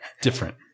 Different